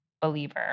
believer